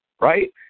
right